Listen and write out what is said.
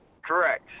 Correct